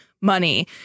money